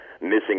missing